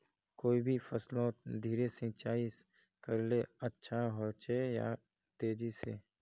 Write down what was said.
कोई भी फसलोत धीरे सिंचाई करले अच्छा होचे या तेजी से?